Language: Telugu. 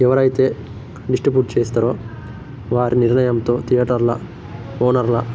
ఎవరయితే డిస్ట్రిబ్యూట్ చేస్తరో వారి నిర్ణయంతో థియేటర్ల ఓనర్ల